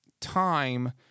time